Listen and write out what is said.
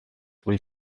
vull